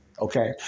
Okay